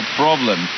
problem